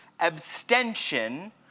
abstention